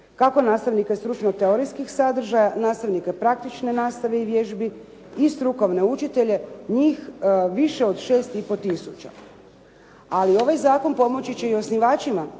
kako nastavnika stručno-teorijskih sadržaja, nastavnike praktične nastave i vježbi i strukovne učitelje. Njih više od 6 i pol tisuća. Ali ovaj zakon pomoći će i osnivačima